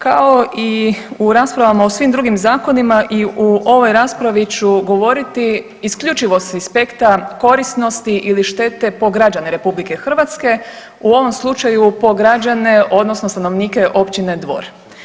Kao i u raspravama o svim drugim zakonima i u ovoj raspravi ću govoriti isključivo s aspekta korisnosti ili štete po građane Republike Hrvatske, u ovom slučaju, po građane, odnosno stanovnike Općine Dvor.